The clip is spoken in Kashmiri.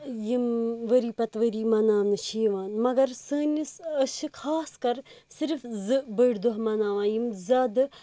یِم ؤرۍ یہِ پَتہٕ ؤرۍ یہِ مناونہٕ چِھ یِوان مگر سٲنِس أسۍ چھِ خاص کَر صرِف زٕ بٔڑۍ دۄہ یِم زِیادٕ